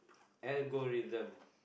algorithm